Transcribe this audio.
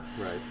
Right